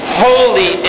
holy